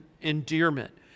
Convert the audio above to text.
endearment